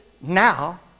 now